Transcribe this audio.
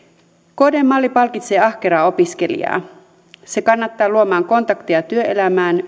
kdn malli palkitsee ahkeraa opiskelijaa se kannustaa luomaan kontakteja työelämään